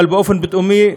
אבל באופן פתאומי,